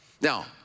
Now